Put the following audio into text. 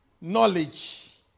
knowledge